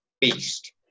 Beast